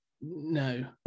No